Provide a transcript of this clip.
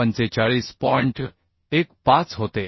15 होते